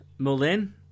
Mullin